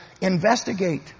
Investigate